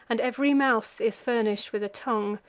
and ev'ry mouth is furnish'd with a tongue,